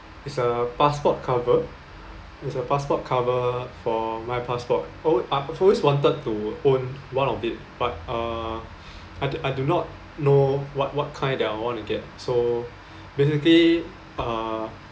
it's a passport cover with a passport cover for my passport oh I've always wanted to own one of it but uh I I do not know what what kind that I want to get so basically uh